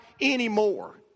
anymore